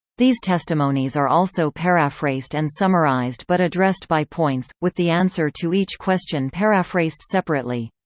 these testimonies are also paraphrased and summarized but addressed by points, with the answer to each question paraphrased separately.